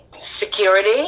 Security